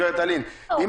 מה